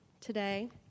today